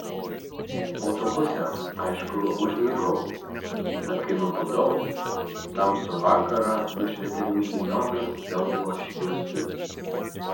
autobuse aišku užmigau bet kai nubudau tamsų vakarą nušvietė milijonas seulo šviesų